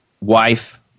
wife